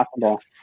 possible